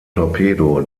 torpedo